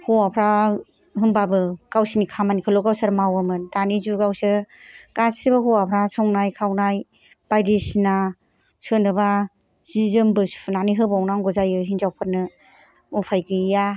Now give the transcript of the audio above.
हौवाफ्रा होनबाबो गावसिनि खामानिखौल' गावसोर मावोमोन दानि जुगावसो गासैबो हौवाफ्रा संनाय खावनाय बायदिसिना सोरनोबा जि जोमबो सुनानै होबावनांगौ जायो हिनजावनो उपाय गैया